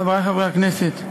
חברי חברי הכנסת,